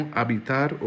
habitar